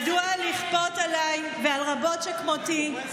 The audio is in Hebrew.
מדוע לכפות עליי ועל רבות שכמותי,